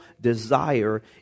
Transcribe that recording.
desire